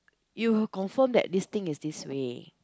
you confirm that this thing is this way